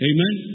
Amen